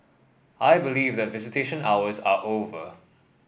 I believe that visitation hours are over